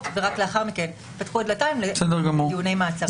ורק לאחר מכן ייפתחו הדלתיים לדיוני מעצרים.